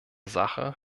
sache